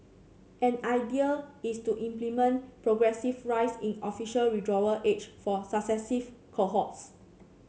an idea is to implement progressive rise in official withdrawal age for successive cohorts